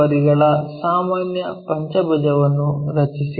ಬದಿಗಳ ಸಾಮಾನ್ಯ ಪಂಚಭುಜವನ್ನು ರಚಿಸಿ